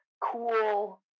cool